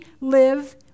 live